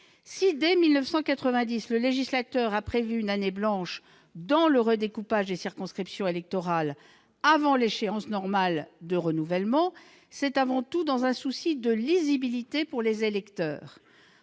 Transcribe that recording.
Si, dès 1990, le législateur a prévu une année blanche dans le redécoupage des circonscriptions électorales avant l'échéance normale de renouvellement, c'est avant tout dans un souci de lisibilité pour les électeurs.